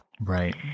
Right